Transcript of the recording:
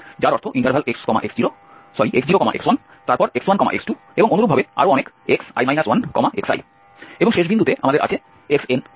যার অর্থ x0x1 তারপর x1x2 এবং অনুরূপভাবে আরও অনেক xi 1xi এবং শেষ বিন্দুতে আমাদের আছে xn যা b এর সমান